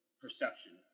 perception